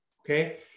okay